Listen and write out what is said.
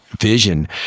vision